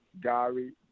Gary